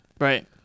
Right